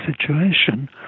situation